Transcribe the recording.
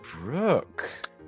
Brooke